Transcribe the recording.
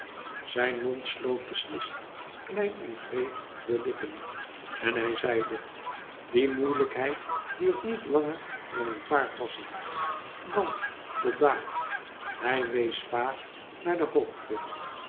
zijn mond sloot beslist klein en wreed de lippen en hij zeide die moeilijkheid duurt niet langer dan een paar passen dan tot daar hij wees vaag naar de hoogte